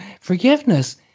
forgiveness